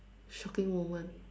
shocking moment